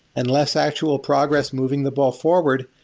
and less actual progress moving the ball forward.